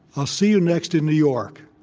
i'll see you next in new york.